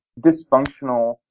dysfunctional